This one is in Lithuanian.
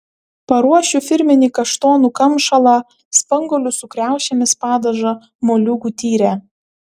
paruošiu firminį kaštonų kamšalą spanguolių su kriaušėmis padažą moliūgų tyrę